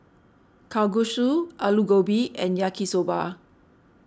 Kalguksu Alu Gobi and Yaki Soba